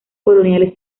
coloniales